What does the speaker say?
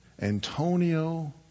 Antonio